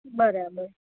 બરાબર